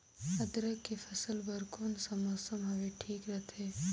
अदरक के फसल बार कोन सा मौसम हवे ठीक रथे?